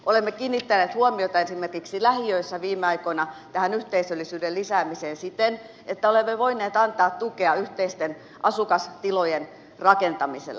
olemme kiinnittäneet huomiota esimerkiksi lähiöissä viime aikoina tähän yhteisöllisyyden lisäämiseen siten että olemme voineet antaa tukea yhteisten asukastilojen rakentamiselle